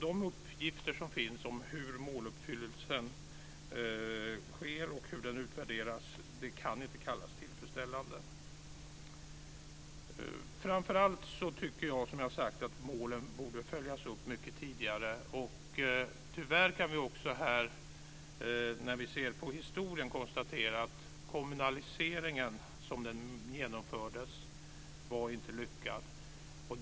De uppgifter som finns om hur måluppfyllelsen sker och hur målen utvärderas kan inte kallas tillfredsställande. Framför allt tycker jag att målen borde följas upp mycket tidigare. När vi ser på historien kan vi tyvärr konstatera att kommunaliseringen, som den genomfördes, var inte lyckad.